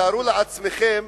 תארו לעצמכם